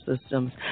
systems